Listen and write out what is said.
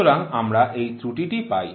সুতরাং আমরা এই ত্রুটিটি পাই